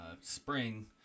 spring